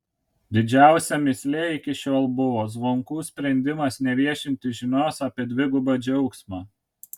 didžiausia mįsle iki šiol buvo zvonkų sprendimas neviešinti žinios apie dvigubą džiaugsmą